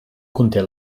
conté